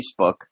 facebook